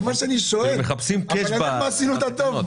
מחפשים קאצ' בתקנות.